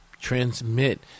transmit